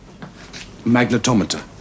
Magnetometer